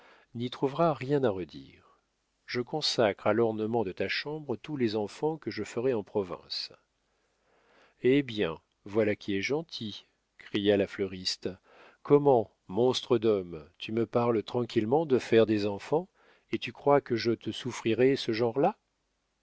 n'y trouvera rien à redire je consacre à l'ornement de ta chambre tous les enfants que je ferai en province hé bien voilà qui est gentil cria la fleuriste comment monstre d'homme tu me parles tranquillement de faire des enfants et tu crois que je te souffrirai ce genre-là